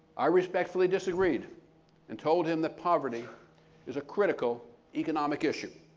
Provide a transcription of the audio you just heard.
i respectfully disagreed and told him that poverty is a critical economic issue.